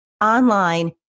online